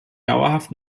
dauerhaft